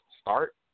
start